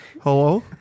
Hello